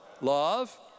love